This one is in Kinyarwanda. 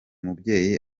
mubyeyi